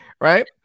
Right